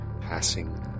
passing